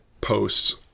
posts